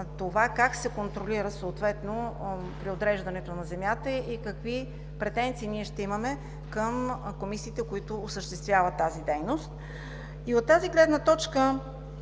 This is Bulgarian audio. това как се контролира съответно преотреждането на земята и какви претенции ние ще имаме към комисиите, които осъществяват тази дейност. От тази гледна точка